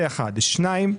שנית.